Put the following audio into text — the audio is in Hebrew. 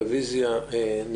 1 הרוויזיה להצעת חוק חומרי נפץ (תיקון מס' 4 - הוראת שעה) (תיקון),